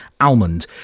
Almond